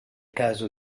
caso